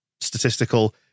statistical